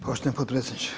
Poštovani potpredsjedniče.